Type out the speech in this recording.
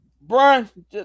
Brian